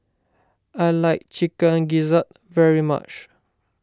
I like Chicken Gizzard very much